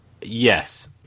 yes